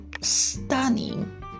Stunning